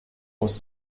aus